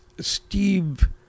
steve